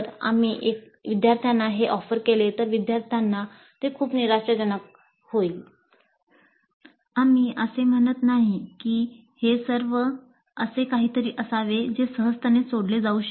आम्ही असे म्हणत नाही की हे असे काहीतरी असावे जे सहजतेने सोडवले जाऊ शकते